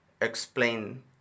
explain